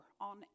on